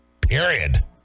period